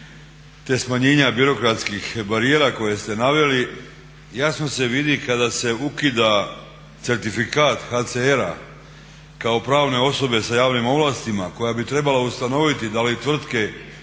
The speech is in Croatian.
te smanjenja birokratskih barijera koje ste naveli jasno se vidi kada se ukida certifikat HCR-a kao pravne osobe sa javnim ovlastima koja bi trebala ustanoviti da li tvrtke